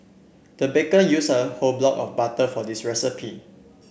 the baker used a whole block of butter for this recipe